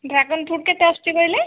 dragon fruit କେତେ ଆସୁଛି କହିଲେ